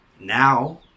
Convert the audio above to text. now